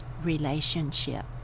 relationship